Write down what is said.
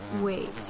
Wait